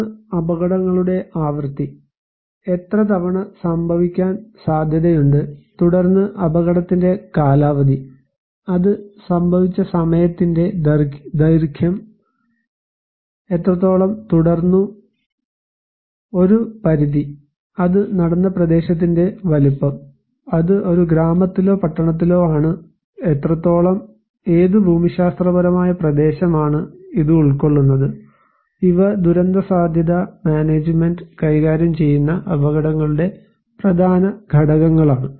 ഒന്ന് അപകടങ്ങളുടെ ആവൃത്തി എത്രതവണ സംഭവിക്കാൻ സാധ്യതയുണ്ട് തുടർന്ന് അപകടത്തിന്റെ കാലാവധി അത് സംഭവിച്ച സമയത്തിന്റെ ദൈർഘ്യം എത്രത്തോളം തുടർന്നു ഒരു പരിധി അത് നടന്ന പ്രദേശത്തിന്റെ വലുപ്പം അത് ഒരു ഗ്രാമത്തിലോ പട്ടണത്തിലോ ആണ് എത്രത്തോളം ഏത് ഭൂമിശാസ്ത്രപരമായ പ്രദേശമാണ് ഇത് ഉൾക്കൊള്ളുന്നത് ഇവ ദുരന്തസാധ്യതാ മാനേജ്മെൻറ് കൈകാര്യം ചെയ്യുന്ന അപകടങ്ങളുടെ പ്രധാന ഘടകങ്ങളാണ്